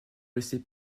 laisser